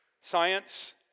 science